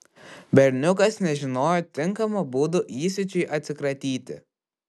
berniukas nežinojo tinkamo būdo įsiūčiui atsikratyti